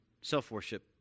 self-worship